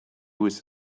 was